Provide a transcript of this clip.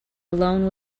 alone